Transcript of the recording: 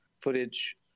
footage